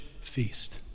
feast